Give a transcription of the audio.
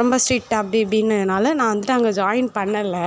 ரொம்ப ஸ்ரிக்ட் அப்படி இப்படி இன்னதனால நான் வந்துட்டு அங்கே ஜாயின் பண்ணலை